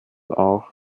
auch